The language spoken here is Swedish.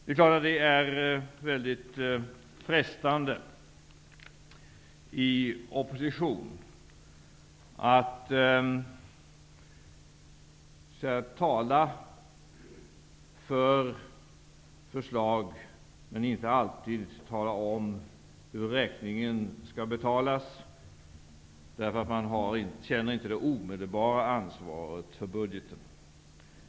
Självfallet är det i opposition frestande att tala för förslag utan att alltid tala om hur räkningen skall betalas -- man känner då inte de omedelbara ansvaret för budgeten.